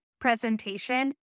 presentation